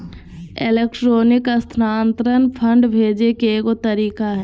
electronic स्थानान्तरण fund भेजे के एगो तरीका हइ